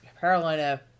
Carolina